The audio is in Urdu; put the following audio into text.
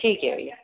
ٹھیک ہے بھیا